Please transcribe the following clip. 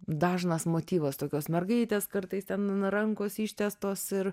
dažnas motyvas tokios mergaitės kartais ten rankos ištiestos ir